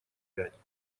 пять